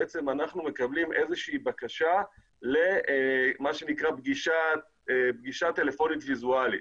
אנחנו מקבלים איזושהי בקשה למה שנקרא פגישה טלפונית ויזואלית.